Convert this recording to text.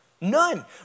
None